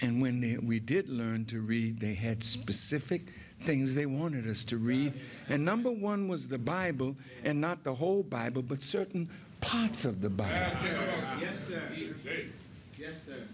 and when we did learn to read they had specific things they wanted us to read and number one was the bible and not the whole bible but certain parts of the